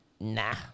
Nah